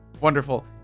Wonderful